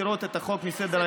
מסירות את החוק מסדר-היום,